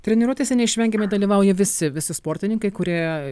treniruotėse neišvengiamai dalyvauja visi visi sportininkai kurie